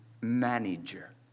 manager